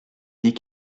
dit